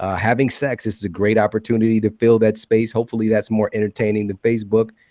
ah having sex this is a great opportunity to fill that space. hopefully, that's more entertaining than facebook,